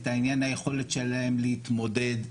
את עניין היכולת שלהם להתמודד.